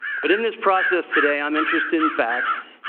but in this process today i'm interested in facts.